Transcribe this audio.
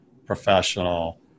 professional